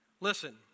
Listen